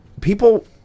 people